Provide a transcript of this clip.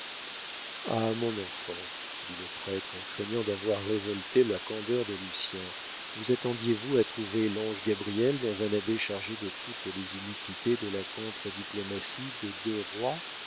ah mon enfant dit le prêtre en craignant d'avoir révolté la candeur de lucien vous attendiez vous à trouver l'ange gabriel dans un abbé chargé de toutes les iniquités de la contre diplomatie de deux rois